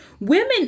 women